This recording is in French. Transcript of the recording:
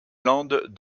landes